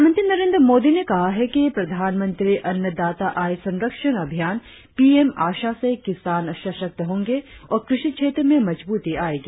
प्रधानमंत्री नरेंद्र मोदी ने कहा है कि प्रधानमंत्री अन्नदाता आय संरक्षण अभियान पीएम आशा से किसान सशक्त होंगे और कृषि क्षेत्र में मजबूती आएगी